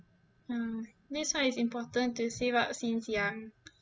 ah this why is important to save up since young